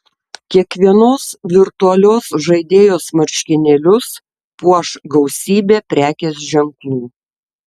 kiekvienos virtualios žaidėjos marškinėlius puoš gausybė prekės ženklų